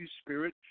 Spirit